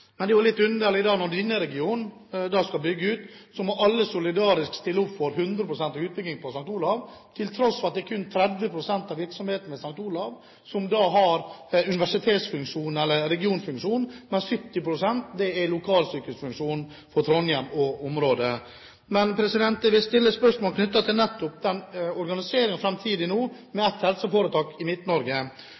Men det er jo litt underlig, når denne regionen skal bygge ut, at alle solidarisk må stille opp for hundre prosent utbygging på St. Olav, til tross for at det kun er 30 pst. av virksomheten ved St. Olav som har universitetsfunksjon eller regionfunksjon, mens 70 pst. har en lokalsykehusfunksjon for Trondheim og området rundt. Men jeg vil stille spørsmål knyttet til den framtidige organiseringen, med ett helseforetak i